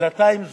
בדלתיים סגורות,